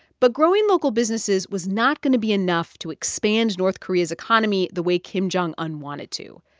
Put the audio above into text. but growing local businesses was not going to be enough to expand north korea's economy the way kim jong un wanted to.